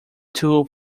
tool